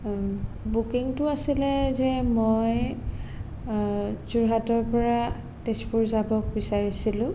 বুকিঙটো আছিলে যে মই যোৰহাটৰ পৰা তেজপুৰ যাব বিচাৰিছিলোঁ